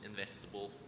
investable